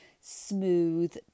smooth